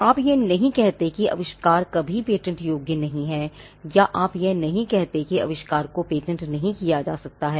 आप यह नहीं कहते कि आविष्कार कभी पेटेंट योग्य नहीं है या आप यह नहीं कहते कि आविष्कार को पेटेंट नहीं किया जा सकता है